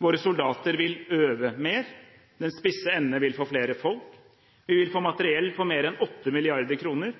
Våre soldater vil øve mer. Den spisse ende vil få flere folk. Vi vil få materiell for mer enn